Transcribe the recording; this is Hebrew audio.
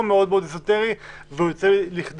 --- אוהבת לחדד שצריך להיות את עיקרי